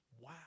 Wow